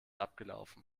abgelaufen